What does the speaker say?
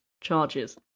charges